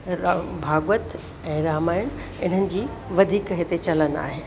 रा भाॻवत ऐं रामायण इन्हनि जी वधीक हिते चलन आहे